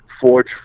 forge